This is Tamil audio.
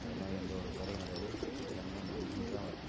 அதெல்லாம் எந்த ஒரு குறையும் கிடையாது எல்லாமே நடந்துன்னு தான் வருது